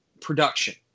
production